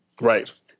Right